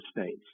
States